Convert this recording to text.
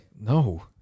No